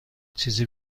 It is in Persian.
چیزی